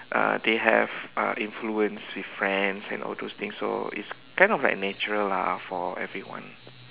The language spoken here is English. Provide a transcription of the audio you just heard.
uh they have uh influence with friends and all those things so it's kind of like natural lah for everyone